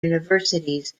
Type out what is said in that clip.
universities